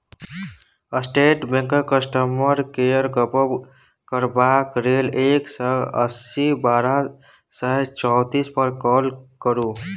state बैंकक customer केयरसँ गप्प करबाक लेल एक सय अस्सी बारह सय चौतीस पर काँल करु